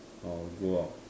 or go out